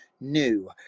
new